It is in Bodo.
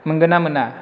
मोनगोन ना मोना